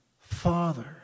father